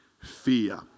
fear